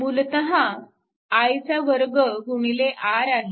मूलतः i चा वर्ग गुणिले r आहे